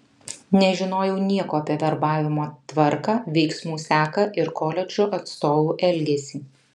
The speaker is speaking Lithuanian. nežinojau nieko apie verbavimo tvarką veiksmų seką ir koledžų atstovų elgesį